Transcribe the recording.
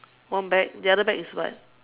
one bag the other bag is what